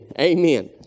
Amen